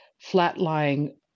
flat-lying